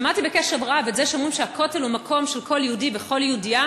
שמעתי בקשב רב את זה שאומרים שהכותל הוא מקום של כל יהודי וכל יהודייה.